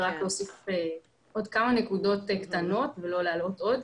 רק להוסיף עוד כמה נקודות קטנות ולא להלאות עוד.